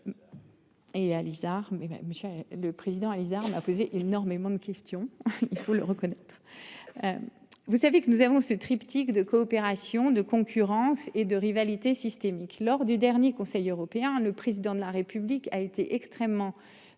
monsieur le président a les armes a posé énormément de questions, il faut le reconnaître. Vous savez que nous avons ce triptyque de coopération de concurrence et de rivalité systémique lors du dernier Conseil européen le président de la République a été extrêmement